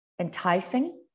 enticing